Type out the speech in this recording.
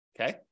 Okay